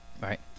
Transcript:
right